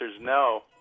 no